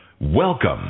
Welcome